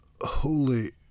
Holy